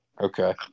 Okay